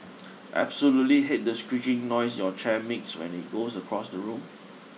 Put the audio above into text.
absolutely hate the screeching noise your chair makes when it goes across the room